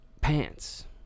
pants